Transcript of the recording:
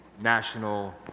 national